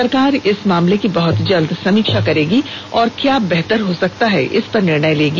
सरकार इस मामले की बहुत जल्द समीक्षा करेगी और क्या बेहतर हो सकता है इस पर निर्णय लेगी